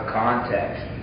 context